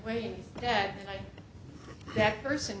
wary that that person